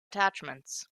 attachments